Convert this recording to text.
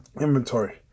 Inventory